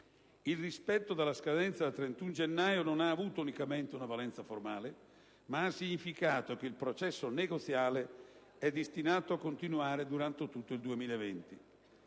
Il rispetto della scadenza del 31 gennaio non ha avuto unicamente una valenza formale, ma ha significato che il processo negoziale è destinato a continuare durante tutto il 2010.